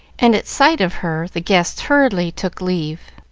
and at sight of her the guests hurriedly took leave,